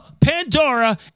Pandora